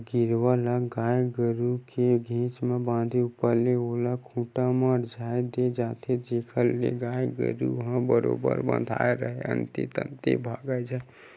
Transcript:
गेरवा ल गाय गरु के घेंच म बांधे ऊपर ले ओला खूंटा म अरझा दे जाथे जेखर ले गाय गरु ह बरोबर बंधाय राहय अंते तंते भागय झन